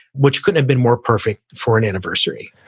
which couldn't have been more perfect for an anniversary.